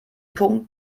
punkt